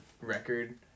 record